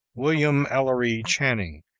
william ellery channing,